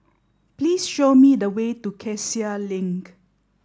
please show me the way to Cassia Link